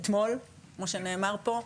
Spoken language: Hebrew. אתמול כמו שנאמר פה,